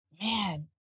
Man